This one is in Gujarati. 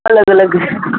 અલગ અલગ